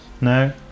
No